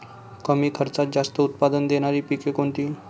कमी खर्चात जास्त उत्पाद देणारी पिके कोणती?